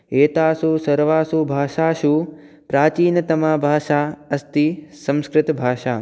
एतासु सर्वासु भाषासु प्राचीनतमा भाषा अस्ति संस्कृतभाषा